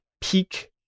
peak